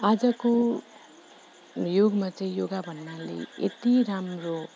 आजको युगमा चाहिँ योगा भन्नाले यति राम्रो